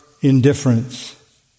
indifference